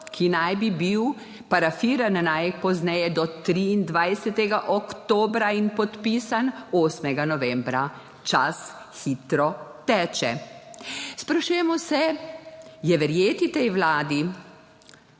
ki naj bi bil parafiran najpozneje do 23. oktobra in podpisan 8. novembra. Čas hitro teče. Sprašujemo se, je verjeti tej Vladi?